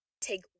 take